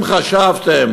אם חשבתם